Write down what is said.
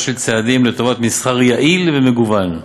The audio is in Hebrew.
שורת צעדים לטובת מסחר יעיל ומגוון,